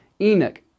Enoch